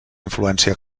influència